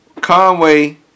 Conway